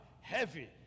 heavy